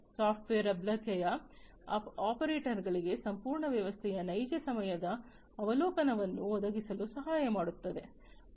software ಲಭ್ಯತೆಯು ಆಪರೇಟರ್ಗಳಿಗೆ ಸಂಪೂರ್ಣ ವ್ಯವಸ್ಥೆಯ ನೈಜ ಸಮಯದ ಅವಲೋಕನವನ್ನು ಒದಗಿಸಲು ಸಹಾಯ ಮಾಡುತ್ತದೆ